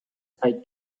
take